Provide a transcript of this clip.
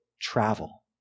travel